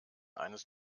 eines